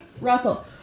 Russell